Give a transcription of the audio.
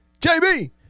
JB